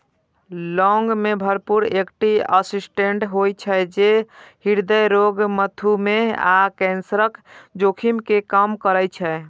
लौंग मे भरपूर एटी ऑक्सिडेंट होइ छै, जे हृदय रोग, मधुमेह आ कैंसरक जोखिम कें कम करै छै